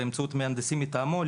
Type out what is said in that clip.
באמצעות מהנדסים מטעמו,